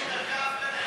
תגיד את האמת.